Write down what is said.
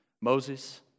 Moses